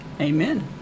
Amen